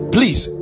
Please